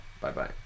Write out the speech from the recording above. Bye-bye